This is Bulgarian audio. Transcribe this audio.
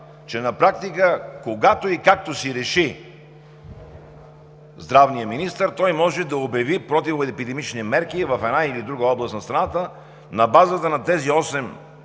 че на практика, когато и както си реши здравният министър, той може да обяви противоепидемични мерки в една или друга област на страната на базата на тези